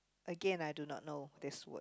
Again I do not know this word